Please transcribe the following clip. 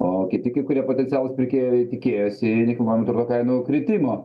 o kiti kai kurie potencialūs pirkėjai tikėjosi nekilnojamo turto kainų kritimo